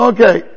Okay